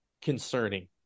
concerning